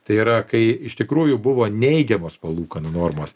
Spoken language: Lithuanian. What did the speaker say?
tai yra kai iš tikrųjų buvo neigiamos palūkanų normos